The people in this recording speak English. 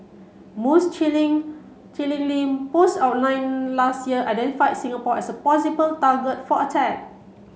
most chilling chillingly posts online last year identified Singapore as a possible target for attack